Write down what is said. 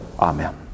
Amen